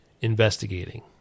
investigating